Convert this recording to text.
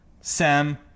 Sam